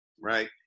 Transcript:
right